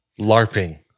LARPing